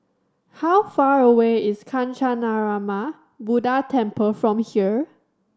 how far away is Kancanarama Buddha Temple from here